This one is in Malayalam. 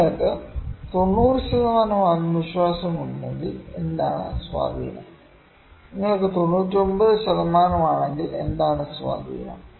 നിങ്ങൾക്ക് 90 ശതമാനം ആത്മവിശ്വാസമുണ്ടെങ്കിൽ എന്താണ് സ്വാധീനം നിങ്ങൾ 99 ശതമാനം ആണെങ്കിൽ എന്താണ് സ്വാധീനം